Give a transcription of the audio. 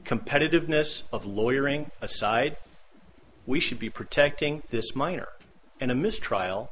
competitiveness of lawyer aside we should be protecting this minor and a mistrial